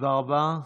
תודה רבה.